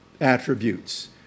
attributes